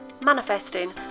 manifesting